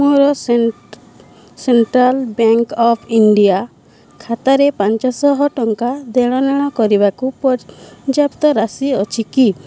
ମୋର ସେନ central bank of India ଖାତାରେ ପାଞ୍ଚଶହ ଟଙ୍କାର ଦେଣନେଣ କରିବାକୁ ପର୍ଯ୍ୟାପ୍ତ ରାଶି ଅଛି କି